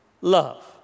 love